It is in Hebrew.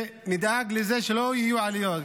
ונדאג לזה שלא יהיו עליות,